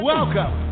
Welcome